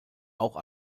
auch